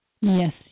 Yes